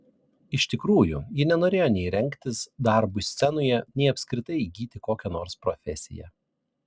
iš tikrųjų ji nenorėjo nei rengtis darbui scenoje nei apskritai įgyti kokią nors profesiją